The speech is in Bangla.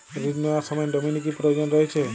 ঋণ নেওয়ার সময় নমিনি কি প্রয়োজন রয়েছে?